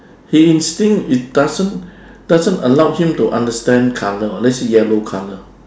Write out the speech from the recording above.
he instinct it doesn't doesn't allow him to understand colour [what] let's say yellow colour